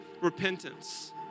repentance